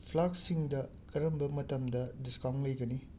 ꯐ꯭ꯂꯥꯛꯁꯤꯡꯗ ꯀꯔꯝꯕ ꯃꯇꯝꯗ ꯗꯤꯁꯀꯥꯎꯟ ꯂꯩꯒꯅꯤ